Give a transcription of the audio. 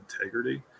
integrity